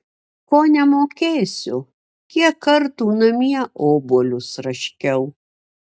ko nemokėsiu kiek kartų namie obuolius raškiau